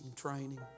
training